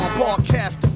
broadcast